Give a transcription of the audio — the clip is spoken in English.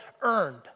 earned